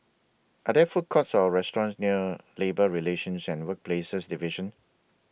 Are There Food Courts Or restaurants near Labour Relations and Workplaces Division